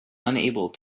unable